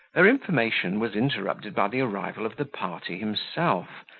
her information was interrupted by the arrival of the party himself,